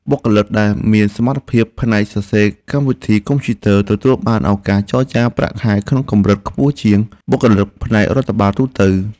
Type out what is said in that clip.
បុគ្គលិកដែលមានសមត្ថភាពផ្នែកសរសេរកម្មវិធីកុំព្យូទ័រទទួលបានឱកាសចរចាប្រាក់ខែក្នុងកម្រិតខ្ពស់ជាងបុគ្គលិកផ្នែករដ្ឋបាលទូទៅ។